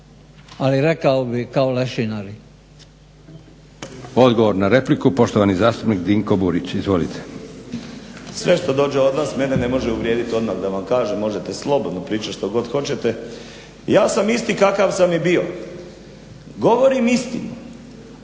**Leko, Josip (SDP)** Odgovor na repliku poštovani zastupnik Dinko Burić. Izvolite. **Burić, Dinko (HDSSB)** Sve što dođe od vas mene ne može uvrijediti odmah da vam kažem, možete slobodno pričati što god hoćete. Ja sam isti kakav sam i bio, govorim istinu,